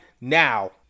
now